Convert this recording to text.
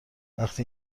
وقتی